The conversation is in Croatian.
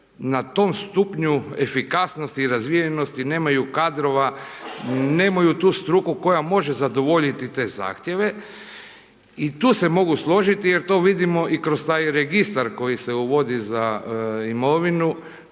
na tom stupnju efikasnosti i razvijenosti, nemaju kadrova, nemaju tu struku koja može zadovoljiti te zahtjeve i tu se mogu složiti, jer to vidimo i kroz taj registar koji se uvodi za imovinu,